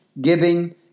giving